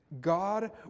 God